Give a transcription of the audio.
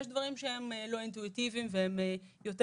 יש דברים שהם לא אינטואיטיביים והם יותר